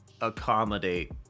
accommodate